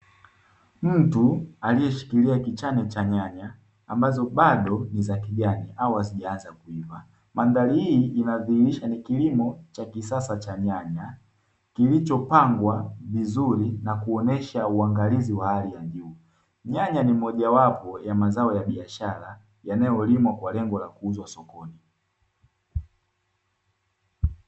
Mtu alishikilia kichane cha nyanya, ambazo bado ni za kijani au hazijaanza kuiva. Mandhari hii inadhihirisha ni kilimo cha kisasa cha nyanya, kilichopangwa vizuri na kuonesha uangalizi wa hali ya juu. Nyanya ni mojawapo ya mazao ya kibiashara yanayolimwa kwa lengo la kuuzwa sokoni.